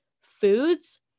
foods